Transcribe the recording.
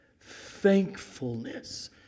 thankfulness